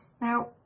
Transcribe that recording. now